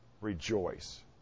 rejoice